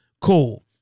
Cool